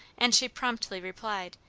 and she promptly replied,